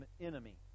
enemy